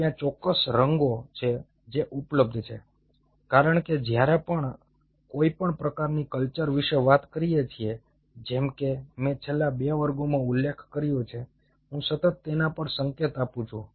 ત્યાં ચોક્કસ રંગો છે જે ઉપલબ્ધ છે કારણ કે જ્યારે પણ આપણે કોઈ પણ પ્રકારની કલ્ચર વિશે વાત કરીએ છીએ જેમ કે મેં છેલ્લા બે વર્ગોમાં ઉલ્લેખ કર્યો છે હું સતત તેના પર સંકેત આપું છું